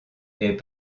est